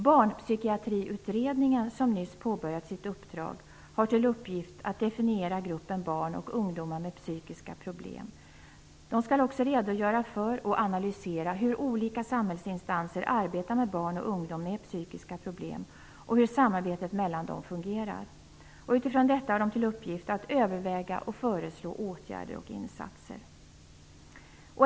Barnpsykiatriutredningen, som nyss påbörjat sitt uppdrag, har till uppgift att definiera barn och ungdomar med psykiska problem. Den skall också redogöra för och analysera hur olika samhällsinstanser arbetar med barn och ungdom med psykiska problem och hur samarbetet mellan dem fungerar. Utifrån detta har kommittén till uppgift att överväga och föreslå åtgärder och insatser.